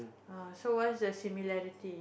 ah so what's the similarity